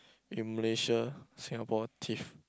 in Malaysia Singapore tiff